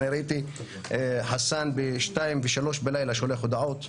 אני ראיתי שחסאן ב-2:00 ו-3:00 בלילה שולח הודעות.